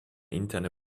interne